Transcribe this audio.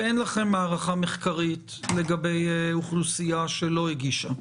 אין לכם הערכה מחקרית לגבי אוכלוסייה שלא הגישה?